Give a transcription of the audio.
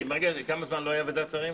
כמה זמן לא היתה ועדת שרים?